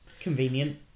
Convenient